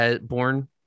born